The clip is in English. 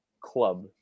club